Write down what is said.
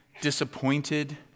disappointed